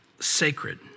sacred